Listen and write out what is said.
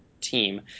team